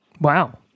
Wow